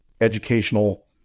educational